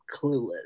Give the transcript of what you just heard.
Clueless